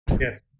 Yes